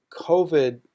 COVID